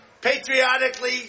patriotically